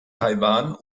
taiwan